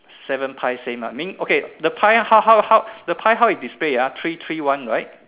seven pie same ah mean okay the pie how how how the pie how they display ah three three one right